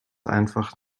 einfach